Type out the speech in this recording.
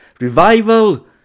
revival